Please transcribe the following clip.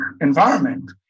environment